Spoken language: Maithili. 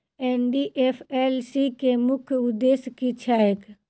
एन.डी.एफ.एस.सी केँ मुख्य उद्देश्य की छैक?